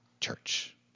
church